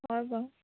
হয় বাৰু